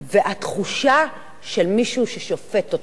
והתחושה של מישהו ששופט אותך: